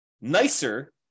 nicer